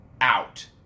out